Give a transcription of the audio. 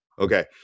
Okay